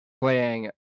playing